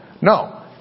No